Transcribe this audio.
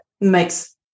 makes